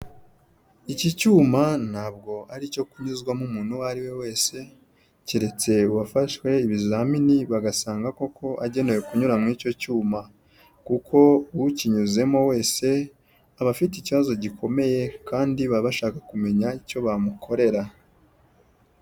Iki cyuma ntabwo ari icyo kunyuzwamo umuntu uwo ari we wese keretse uwafashwe ibizamini bagasanga koko agenewe kunyura muri icyo cyuma; kuko ukinyuzemo wese aba afite ikibazo gikomeye kandi baba bashaka kumenya icyo bamukorera.